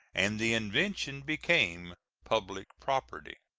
and the invention became public property.